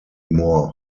more